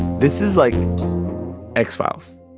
this is like x-files.